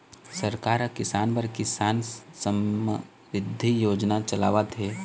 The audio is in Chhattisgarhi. सरकार ह किसान बर किसान समरिद्धि योजना चलावत हे